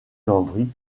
lambris